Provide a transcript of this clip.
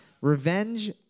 Revenge